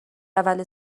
اول